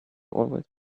always